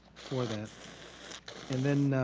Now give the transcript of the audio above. for that and then